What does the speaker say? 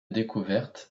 découverte